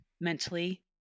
mentally